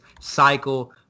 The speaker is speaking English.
cycle